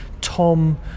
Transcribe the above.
Tom